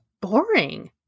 boring